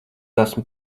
esmu